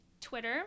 Twitter